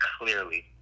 clearly